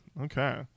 okay